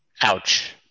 Ouch